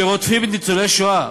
שרודפים את ניצולי השואה.